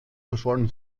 verschollen